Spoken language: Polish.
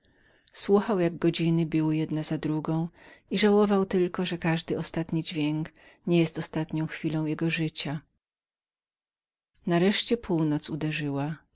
słuchał jak godziny biły jedna za drugą i żałował tylko że każdy ostatni dźwięk niebył ostatnią chwilą jego życia nareszcie północ uderzyła